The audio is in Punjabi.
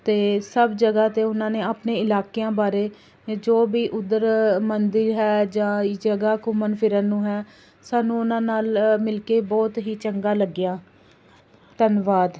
ਅਤੇ ਸਭ ਜਗ੍ਹਾ 'ਤੇ ਉਹਨਾਂ ਨੇ ਆਪਣੇ ਇਲਾਕਿਆਂ ਬਾਰੇ ਜੋ ਵੀ ਉੱਧਰ ਮੰਦਰ ਹੈ ਜਾਂ ਇਹ ਜਗ੍ਹਾ ਘੁੰਮਣ ਫਿਰਨ ਨੂੰ ਹੈ ਸਾਨੂੰ ਉਹਨਾਂ ਨਾਲ ਮਿਲ ਕੇ ਬਹੁਤ ਹੀ ਚੰਗਾ ਲੱਗਿਆ ਧੰਨਵਾਦ